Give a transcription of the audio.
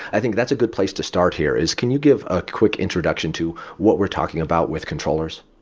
i think that's a good place to start here, is can you give a quick introduction to what we're talking about with controllers?